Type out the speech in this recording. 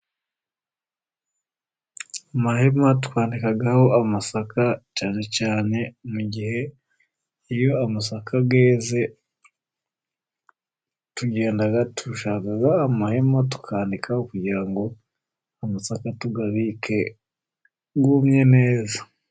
Amahema twanikaho amasaka, cyane cyane mu gihe iyo amasaka yeze, tugenda dushaka amahema tukanikaho, kugira ngo amasaka tuyabike yumye neza.